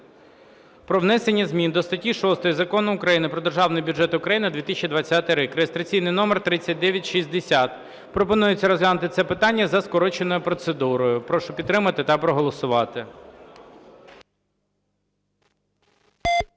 про внесення зміни до статті 6 Закону України "Про Державний бюджет України на 2020 рік" (реєстраційний номер 3960). Пропонується розглянути це питання за скороченою процедурою. Прошу підтримати та проголосувати.